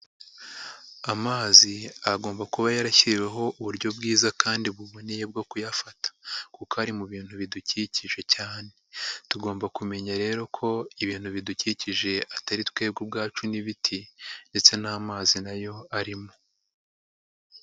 Amazi agomba kuba yarashyiriweho uburyo bwiza kandi buboneye bwo kuyafata kuko ari mu bintu bidukikije cyane, tugomba kumenya rero ko ibintu bidukikije atari twebwe ubwacu n'ibiti ndetse n'amazi nayo arimo.